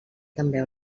també